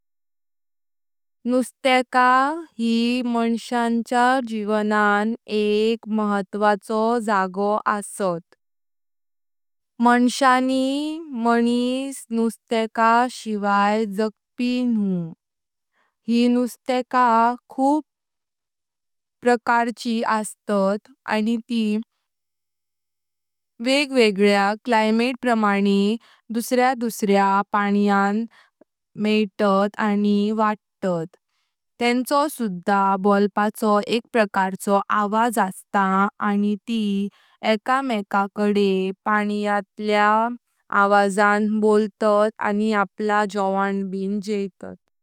नृत्यका ही मानवाच्या जीवनांन एक महत्त्वाचो जागो असत। मांसाहारी मानिस नुस्त्यका शिवाय जगपी न्हु। यी नुस्त्यका खूप प्रकारची असत आनी ती वेगवेगळ्या क्लायमेट प्रमाने दुसऱ्या दुसऱ्या पाण्यां जतात आनी वाढतात। तेन्चो सुधा बोलपाचो एक प्रकारचो आवाज असता आनी ती एका मेका कडे पाण्या त्या आवाजान बोलतात आनी आपला जिवन ब जेतात।